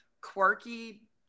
quirky